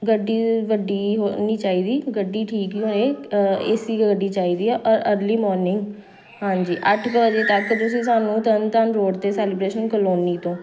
ਗੱਡੀ ਵੱਡੀ ਹੋ ਨਹੀਂ ਚਾਹੀਦੀ ਗੱਡੀ ਠੀਕ ਹੀ ਹੋਏ ਏ ਸੀ ਗੱਡੀ ਚਾਹੀਦੀ ਆ ਆ ਅਰਲੀ ਮੋਰਨਿੰਗ ਹਾਂਜੀ ਅੱਠ ਕੁ ਵਜੇ ਤੱਕ ਤੁਸੀਂ ਸਾਨੂੰ ਤਰਨਤਾਰਨ ਰੋਡ 'ਤੇ ਸੈਲੀਬ੍ਰੇਸ਼ਨ ਕਲੋਨੀ ਤੋਂ